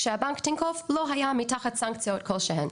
כשבנק טנקוף לא היה תחת סנקציות כלשהן.